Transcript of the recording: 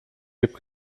gibt